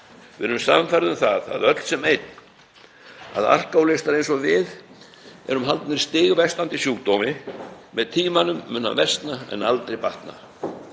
Við erum sannfærð um það, öll sem eitt, að alkóhólistar eins og við erum haldnir stigversnandi sjúkdómi. Með tímanum mun hann versna, aldrei batna.